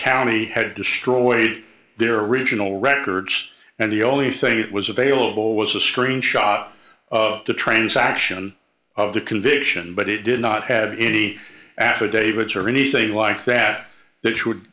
county had destroyed their original records and the only thing that was available was a screenshot of the transaction of the conviction but it did not have any affidavits or anything like that that would